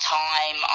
time